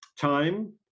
time